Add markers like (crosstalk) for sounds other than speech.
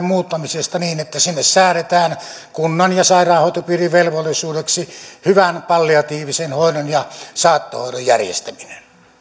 (unintelligible) muuttamisesta niin että sinne säädetään kunnan ja sairaanhoitopiirin velvollisuudeksi hyvän palliatiivisen hoidon ja saattohoidon järjestäminen